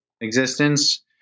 existence